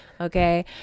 okay